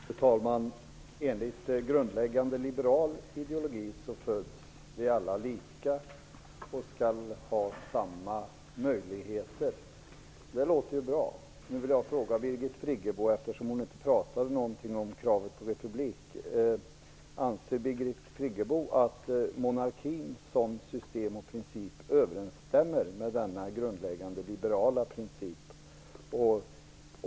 Fru talman! Enligt grundläggande liberal ideologi föds vi alla lika och skall ha samma möjligheter. Det låter bra. Då vill jag fråga Birgit Friggebo, eftersom hon inte sade någonting om kravet på republik: Anser Birgit Friggebo att monarkin som system och princip överensstämmer med denna grundläggande liberala princip?